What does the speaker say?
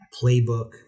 playbook